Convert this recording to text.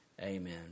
Amen